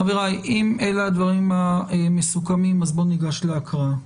חבריי, אם אלה הדברים המסוכמים, בואו ניגש להקראה.